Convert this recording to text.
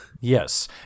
yes